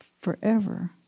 forever